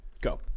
Go